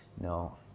No